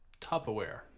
Tupperware